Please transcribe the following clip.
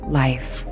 life